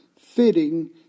fitting